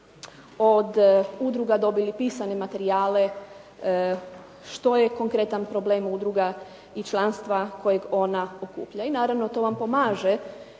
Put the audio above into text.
od udruga dobili pisane materijale što je konkretan problem udruga i članstva kojeg ona okuplja. I naravno to vam pomaže